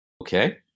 Okay